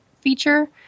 feature